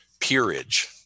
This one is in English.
peerage